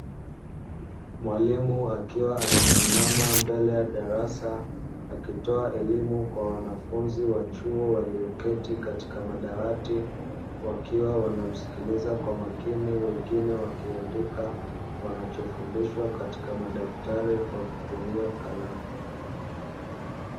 Mwalimu akiwa amesimama mbele ya darasa akitoa elimu kwa wanafunzi wa chuo walioketi katika madawati, wakiwa wanamskiliza kwa makini wengine wakiandika wanachofundishwa katika madaftari kwa kutumia kalamu.